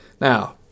Now